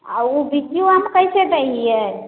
आओर ओ बिज्जू आम कइसे दै हिए